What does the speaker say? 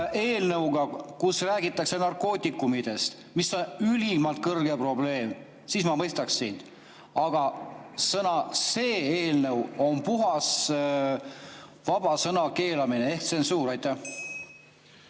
eelnõuga, kus räägitakse narkootikumidest, mis on ülimalt [suur] probleem, siis ma mõistaksin, aga see eelnõu on puhas vaba sõna keelamine ehk tsensuur. Aitäh!